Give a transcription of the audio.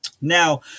Now